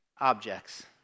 objects